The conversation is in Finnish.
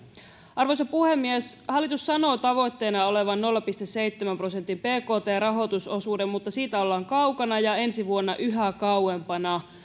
arvoisa puhemies hallitus sanoo tavoitteena olevan nolla pilkku seitsemän prosentin bkt rahoitusosuus mutta siitä ollaan kaukana ja ensi vuonna yhä kauempana